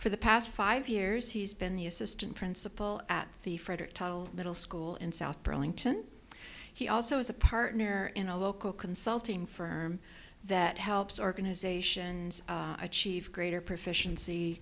for the past five years he's been the assistant principal at the frederick total middle school in south burlington he also is a partner in a local consulting firm that helps organizations achieve greater proficiency